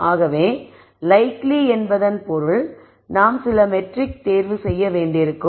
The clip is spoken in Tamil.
ஆகவே லைக்லி என்பதன் பொருள் நாம் சில மெட்ரிக் செய்ய வேண்டியிருக்கும்